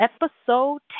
episode